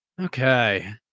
Okay